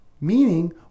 meaning